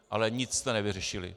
Ale nic jste nevyřešili.